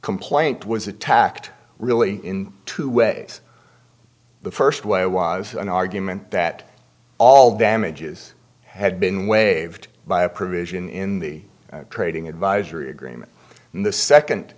complaint was attacked really in two ways the first way was an argument that all damages had been waived by a provision in the trading advisory agreement and the second